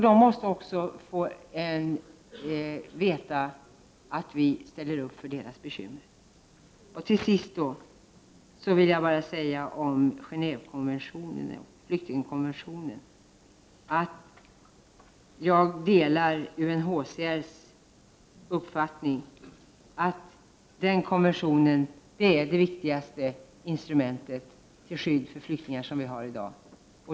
De måste få veta att vi ställer upp för dem och försöker avhjälpa deras bekymmer. Till sist vill jag säga om Genåvekonventionen att jag delar UNHCR:s uppfattning att den konventionen är det viktigaste instrumentet till skydd för flyktingarna i dag.